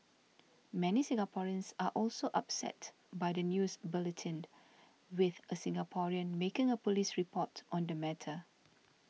many Singaporeans are also upset by the news bulletin with a Singaporean making a police report on the matter